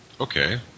Okay